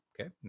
okay